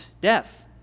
death